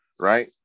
Right